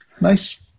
nice